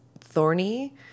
thorny